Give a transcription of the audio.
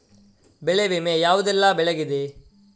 ಬೆಳೆ ವಿಮೆ ಯಾವುದೆಲ್ಲ ಬೆಳೆಗಿದೆ?